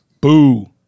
Boo